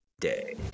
day